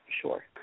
sure